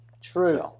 Truth